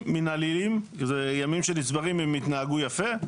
מנהליים, שאלה ימים שנצברים אם הם התנהגו יפה,